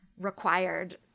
required